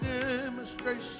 demonstration